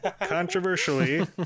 Controversially